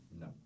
no